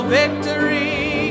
victory